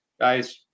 guys